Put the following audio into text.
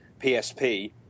PSP